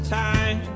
time